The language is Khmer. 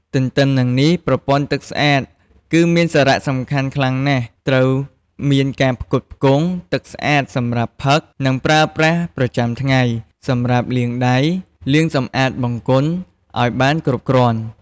ទន្ទឹមនឹងនេះ ប្រព័ន្ធទឹកស្អាត គឺមានសារៈសំខាន់ខ្លាំងណាស់ ត្រូវមានការផ្គត់ផ្គង់ទឹកស្អាតសម្រាប់ផឹក និងប្រើប្រាស់ប្រចាំថ្ងៃ សម្រាប់លាងដៃ លាងសម្អាតបង្គន់ ឲ្យបានគ្រប់គ្រាន់។